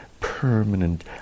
permanent